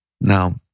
Now